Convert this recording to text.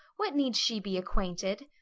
what need she be acquainted?